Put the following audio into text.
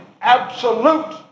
absolute